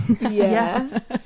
Yes